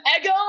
ego